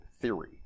theory